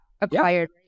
acquired